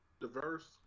Diverse